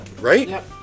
Right